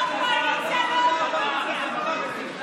לא קואליציה, לא אופוזיציה.